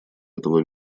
этого